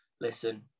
listen